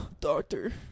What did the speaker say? Doctor